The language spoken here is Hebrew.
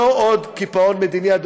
לא עוד קיפאון מדיני,